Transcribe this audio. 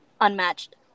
Unmatched